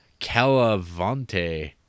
Calavante